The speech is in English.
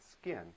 skin